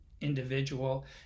individual